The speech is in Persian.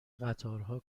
قطارها